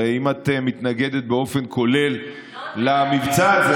הרי אם את מתנגדת באופן כולל למבצע הזה,